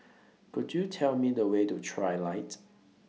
Could YOU Tell Me The Way to Trilight